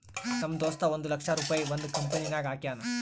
ನಮ್ ದೋಸ್ತ ಒಂದ್ ಲಕ್ಷ ರುಪಾಯಿ ಒಂದ್ ಕಂಪನಿನಾಗ್ ಹಾಕ್ಯಾನ್